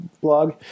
blog